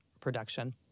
production